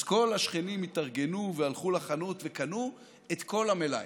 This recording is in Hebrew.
אז כל השכנים התארגנו והלכו לחנות וקנו את כל המלאי,